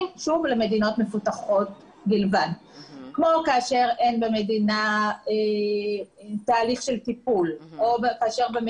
למדינות מפותחות בלבד כמו כאשר אין במדינה תהליך של טיפול או כאשר יש